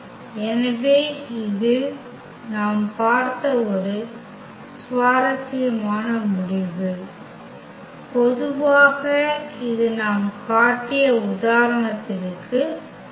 எனவே இது நாம் பார்த்த ஒரு சுவாரஸ்யமான முடிவு பொதுவாக இது நாம் காட்டிய உதாரணத்திற்கு அல்ல